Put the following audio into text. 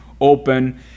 open